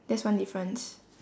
that's one difference